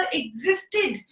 existed